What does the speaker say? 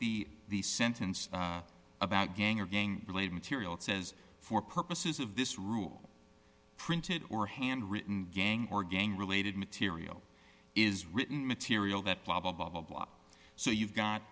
the the sentence about gang or gang related material it says for purposes of this rule printed or hand written gang or gang related material is written material that blah blah blah blah blah so you've got